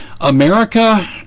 America